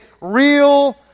real